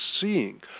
seeing